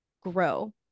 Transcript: grow